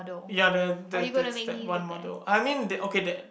ya there there's that one model I mean okay that